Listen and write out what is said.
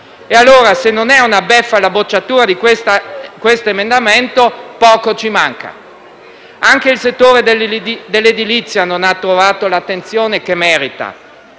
Allora, se non è una beffa la bocciatura di quest'emendamento, poco ci manca. Anche il settore dell'edilizia non ha trovato l'attenzione che merita,